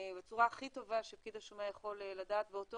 בצורה הכי טובה שפקיד השומה יכול לדעת באותו